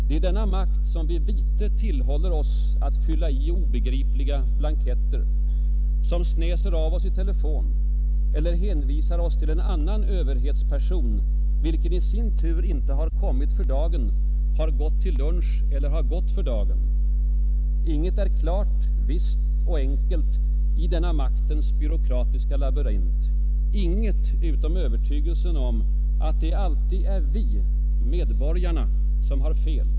Det är denna makt som vid vite tillhåller oss att fylla i obegripliga blanketter, som snäser av oss i telefon eller hänvisar oss till en annan överhetsperson, vilken i sin tur inte har kommit för dagen, har gått till lunch eller har gått för dagen. Inget är klart, visst och enkelt i denna maktens byråkratiska labyrint, inget utom övertygelsen om att det alltid är vi, medborgarna som har fel.